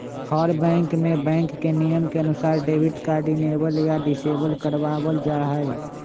हर bank में bank के नियम के अनुसार डेबिट कार्ड इनेबल या डिसेबल करवा वल जाहई